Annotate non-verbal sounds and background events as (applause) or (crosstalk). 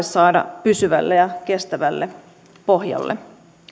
(unintelligible) saada pysyvälle ja kestävälle pohjalle